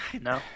No